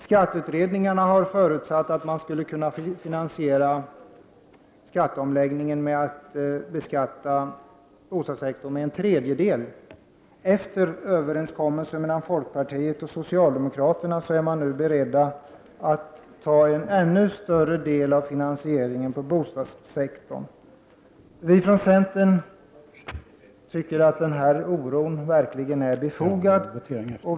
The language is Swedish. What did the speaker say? Skatteutredningarna har förutsatt att beskattningen av bostadssektorn skall bidra till att finansiera en tredjedel av kostnaderna för skatteomläggningen. Efter överenskommelse mellan folkpartiet och socialdemokraterna är man nu beredd att ta i anspråk en ännu större del från bostadssektorn för att täcka finansieringen. Vi i centern tycker att denna oro verkligen är befogad.